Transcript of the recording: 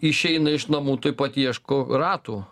išeinu iš namų tuoj pat ieškau ratų